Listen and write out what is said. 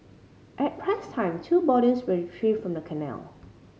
at press time two bodies were retrieved from the canal